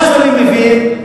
מה שאני מבין,